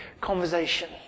conversation